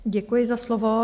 Děkuji za slovo.